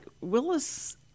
Willis